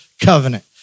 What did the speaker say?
covenant